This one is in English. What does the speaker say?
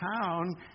town